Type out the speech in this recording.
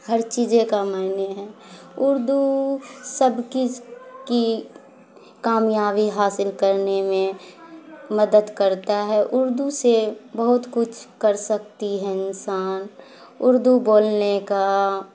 ہر چیزے کا معنے ہے اردو سب کی کامیابی حاصل کرنے میں مدد کرتا ہے اردو سے بہت کچھ کر سکتی ہے انسان اردو بولنے کا